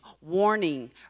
warning